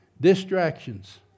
Distractions